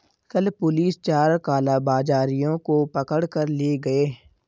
कल पुलिस चार कालाबाजारियों को पकड़ कर ले गए